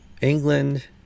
England